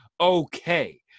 okay